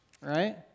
right